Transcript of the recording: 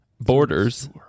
borders